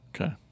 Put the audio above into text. Okay